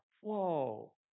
whoa